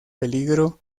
peligro